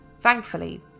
Thankfully